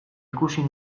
ikusi